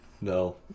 No